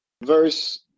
verse